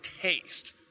taste